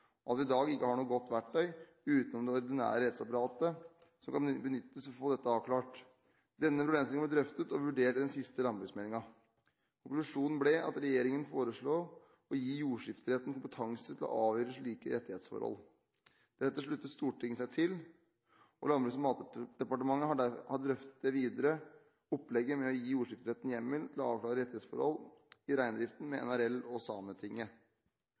alle enige om at tilstanden med uavklarte rettighetsforhold ikke er tilfredsstillende, og at vi i dag ikke har noe godt verktøy utenom det ordinære rettsapparatet, som kan benyttes for å få dette avklart. Denne problemstillingen ble drøftet og vurdert i den siste landbruksmeldingen. Konklusjonen ble at regjeringen foreslo å gi jordskifteretten kompetanse til å avgjøre slike rettighetsforhold. Dette sluttet Stortinget seg til. Landbruks- og matdepartementet har drøftet det videre opplegget med å gi jordskifteretten hjemmel til å avklare rettighetsforhold i reindriften med Norske Reindriftssamers Landsforbund og